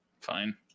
Fine